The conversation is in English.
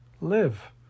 Live